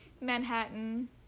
manhattan